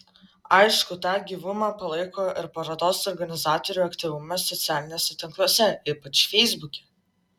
aišku tą gyvumą palaiko ir parodos organizatorių aktyvumas socialiniuose tinkluose ypač feisbuke